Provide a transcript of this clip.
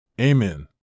Amen